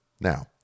Now